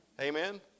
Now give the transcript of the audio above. Amen